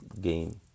game